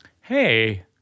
hey